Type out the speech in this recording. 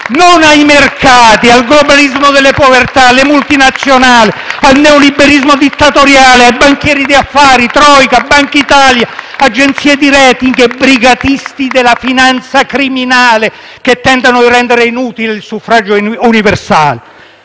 Gruppo M5S)*, al globalismo delle povertà, alle multinazionali, al neoliberismo dittatoriale, ai banchieri di affari, *troika*, Bankitalia, agenzie di *rating* e brigatisti della finanza criminale, che tentano di rendere inutile il suffragio universale.